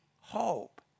hope